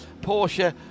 Porsche